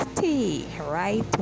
right